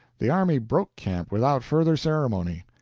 the army broke camp without further ceremony.